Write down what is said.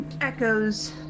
echoes